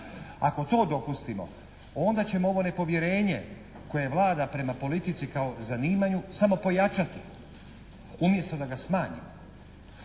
Ako to dopustimo onda ćemo ovo nepovjerenje koje vlada prema politici kao zanimanju samo pojačati. Umjesto da ga smanjimo,